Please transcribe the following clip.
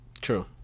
True